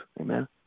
Amen